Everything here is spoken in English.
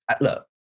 look